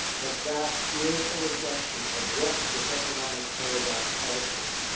but that is a reflection of what this economic paradigm calls for.